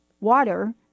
water